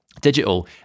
digital